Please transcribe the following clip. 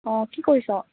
অঁ কি কৰিছ